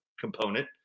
component